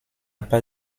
pas